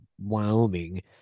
Wyoming